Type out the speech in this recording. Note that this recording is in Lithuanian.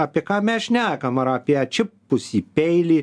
apie ką mes šnekam ar apie atšipusį peilį